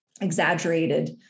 exaggerated